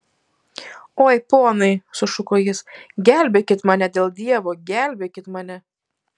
oi ponai sušuko jis gelbėkit mane dėl dievo gelbėkit mane